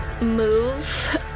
move